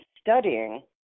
studying